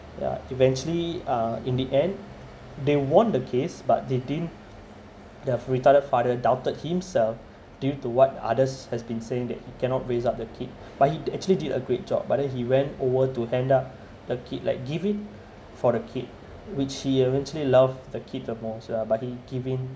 ya eventually uh in the end they won the case but they didn't the retarded father doubted himself due to what others has been saying that he cannot raise up the kid but he actually did a great job but then he went over to hand up the kid like give it for the kid which he eventually love the kid most lah but he give in